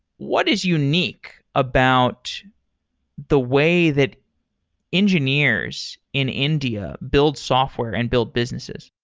what is unique about the way that engineers in india build software and build businesses?